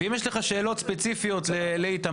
אם יש לך שאלות ספציפיות לשר,